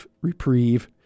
reprieve